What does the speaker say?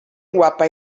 guapa